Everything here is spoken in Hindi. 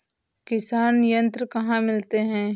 किसान यंत्र कहाँ मिलते हैं?